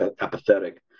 apathetic